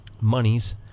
monies